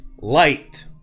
light